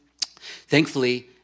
thankfully